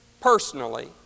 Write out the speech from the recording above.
personally